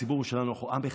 הציבור שלנו, אנחנו עם אחד.